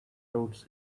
roads